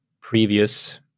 previous